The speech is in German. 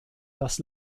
das